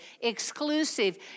exclusive